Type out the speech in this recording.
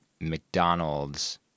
McDonald's